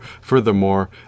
Furthermore